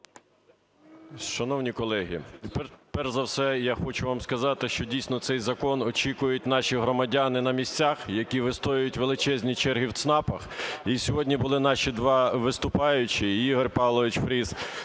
Шановні колеги, перша за все я хочу вам сказати, що дійсно цей закон очікують наші громадяни на місцях, які вистоюють величезні черги в ЦНАПах, і сьогодні були наші два виступаючих – і Ігор Павлович Фріс,